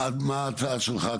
מה ההצעה שלך?